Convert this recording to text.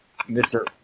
Mr